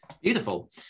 Beautiful